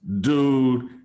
dude